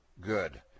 good